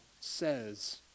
says